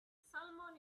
salmon